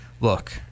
look